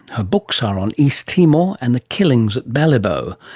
her books are on east timor and the killings at balibo.